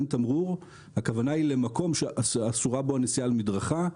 אין תמרור הכוונה היא למקום שאסורה בו הנסיעה על מדרכה,